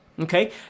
Okay